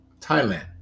thailand